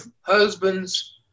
husband's